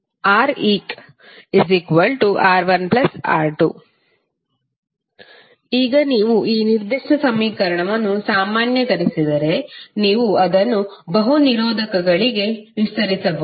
ಆದ್ದರಿಂದ ReqR1R2 ಈಗ ನೀವು ಈ ನಿರ್ದಿಷ್ಟ ಸಮೀಕರಣವನ್ನು ಸಾಮಾನ್ಯೀಕರಿಸಿದರೆ ನೀವು ಅದನ್ನು ಬಹು ನಿರೋಧಕಗಳಿಗೆ ವಿಸ್ತರಿಸಬಹುದು